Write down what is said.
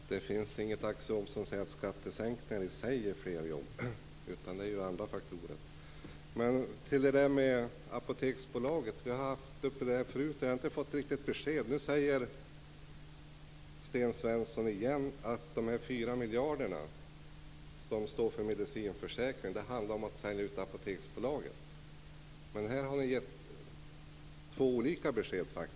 Fru talman! Det finns inget axiom som säger att skattesänkningar i sig ger fler jobb, utan det är andra faktorer. Så till det här med Apoteksbolaget. Frågan har varit uppe förut, men jag har inte fått något riktigt besked. Nu säger Sten Svensson på nytt att de 4 miljarderna, som står för medicinförsäkring, handlar om att sälja ut Apoteksbolaget. Men här har ni gett två olika besked.